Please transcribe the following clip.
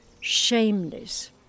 shameless